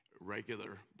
regular